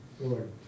Lord